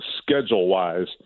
schedule-wise